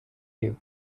you